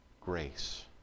Grace